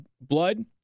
blood